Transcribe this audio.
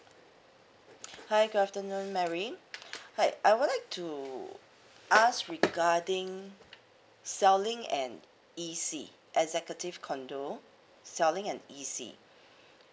hi good afternoon myary hi I would like to ask regarding selling an E_C executive condo selling an E_C